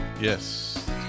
Yes